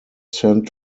sent